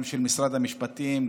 גם של משרד המשפטים,